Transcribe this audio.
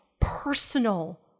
personal